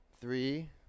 three